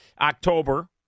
October